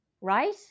Right